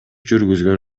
жүргүзгөн